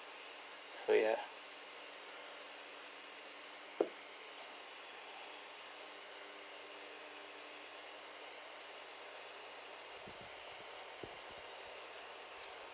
so yeah